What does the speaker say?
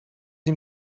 ihm